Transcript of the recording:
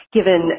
Given